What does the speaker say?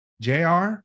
JR